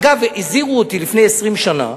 אגב, הזהירו אותי לפני 20 שנה,